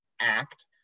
Act